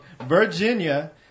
Virginia